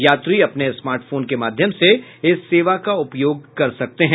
यात्री अपने smart phone के माध्यम से इस सेवा का उपयोग कर सकते हैं